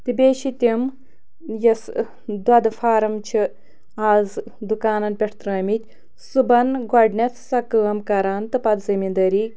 تہٕ بیٚیہِ چھِ تِم یۄس دۄدٕ فارَم چھِ آز دُکانَن پٮ۪ٹھ ترٛٲیمٕتۍ صُبحَن گۄڈٕنٮ۪تھ سۄ کٲم کَران تہٕ پَتہٕ زمیٖندٲری